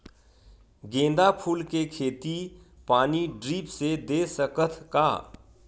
गेंदा फूल के खेती पानी ड्रिप से दे सकथ का?